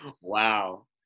Wow